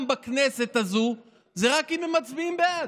בכנסת הזאת זה רק אם הם מצביעים בעד.